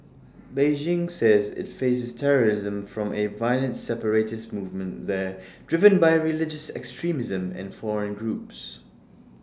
Beijing says IT faces terrorism from A violent separatist movement there driven by religious extremism and foreign groups